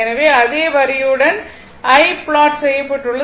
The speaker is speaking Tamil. எனவே அதே வரியுடன் I ப்லாட் செய்யப்பட்டுள்ளது